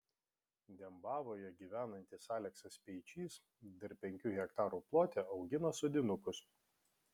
dembavoje gyvenantis aleksas speičys dar penkių hektarų plote augina sodinukus